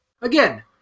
Again